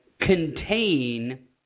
contain